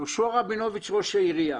יהושע רבינוביץ ראש העיר,